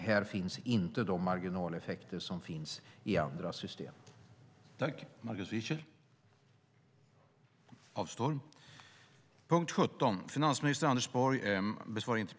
Här finns inte de marginaleffekter som finns i andra system.